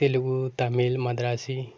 Telugu Tamil Madrasi